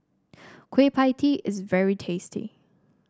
Kueh Pie Tee is very tasty